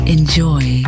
Enjoy